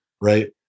right